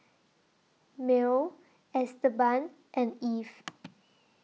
Merl Esteban and Eve